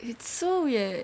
it's so weird